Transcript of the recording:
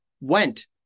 went